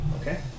Okay